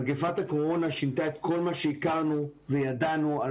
מגפת הקורונה שינתה את כל מה שהכרנו וידענו על